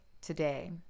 today